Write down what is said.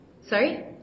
Sorry